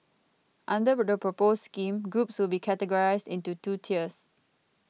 under the proposed scheme groups will be categorised into two tiers